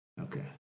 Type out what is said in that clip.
Okay